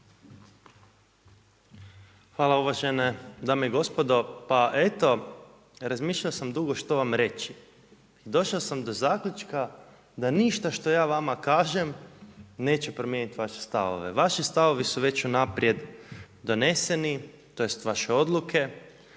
Hvala uvažene dame i gospodo. Pa eto, razmišljao sam dugo što vam reći. Došao sam do zaključka da ništa što ja vama kažem neće promijeniti vaše stavove. Vaši stavovi su već unaprijed doneseni, tj. vaše odluke